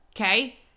Okay